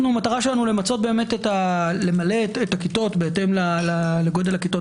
המטרה שלנו למלא את הכיתות בהתאם לגודל הכיתות